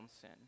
sin